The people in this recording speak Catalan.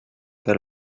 per